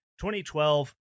2012